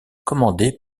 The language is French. commandés